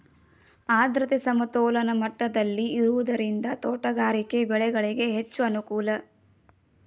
ಆದ್ರತೆ ಸಮತೋಲನ ಮಟ್ಟದಲ್ಲಿ ಇರುವುದರಿಂದ ತೋಟಗಾರಿಕೆ ಬೆಳೆಗಳಿಗೆ ಹೆಚ್ಚು ಅನುಕೂಲ